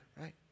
right